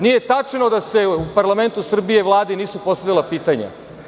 Nije tačno da se u parlamentu Srbije, Vlade nisu postavljala pitanja.